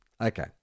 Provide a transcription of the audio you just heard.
Okay